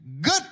Good